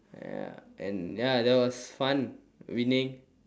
ya and ya that was fun winning